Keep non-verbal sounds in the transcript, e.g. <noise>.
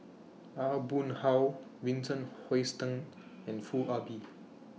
Aw Boon Haw Vincent Hoisington and Foo Ah Bee <noise>